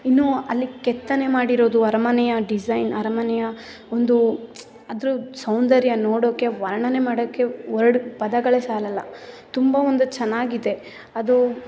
ಇನ್ನೂ ಅಲ್ಲಿ ಕೆತ್ತನೆ ಮಾಡಿರೋದು ಅರಮನೆಯ ಡಿಸೈನ್ ಅರಮನೆಯ ಒಂದು ಅದ್ರ ಸೌಂದರ್ಯ ನೋಡೋಕ್ಕೆ ವರ್ಣನೆ ಮಾಡೋಕ್ಕೆ ವರ್ಡ್ ಪದಗಳೇ ಸಾಲೋಲ್ಲ ತುಂಬ ಒಂದು ಚೆನ್ನಾಗಿದೆ ಅದು